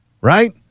right